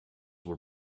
will